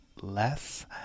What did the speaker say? less